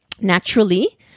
naturally